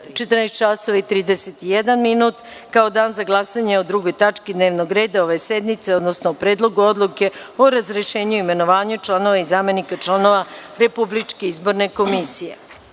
časova, kao dan za glasanje o 2. tački dnevnog reda ove sednice, odnosno o Predlogu odluke o razrešenju i imenovanju članova i zamenika članova Republičke izborne komisije. Poštovani